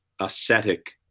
ascetic